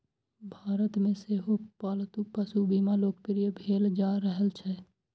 भारत मे सेहो पालतू पशु बीमा लोकप्रिय भेल जा रहल छै